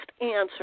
answer